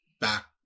back